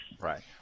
Right